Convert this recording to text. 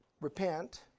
Repent